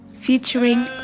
featuring